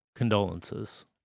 Condolences